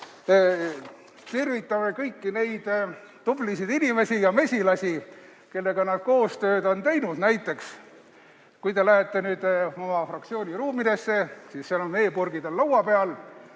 Tervitame kõiki neid tublisid inimesi ja mesilasi, kellega nad koostööd on teinud. Näiteks kui te nüüd lähete oma fraktsiooni ruumidesse, siis seal on meepurgid laua peal.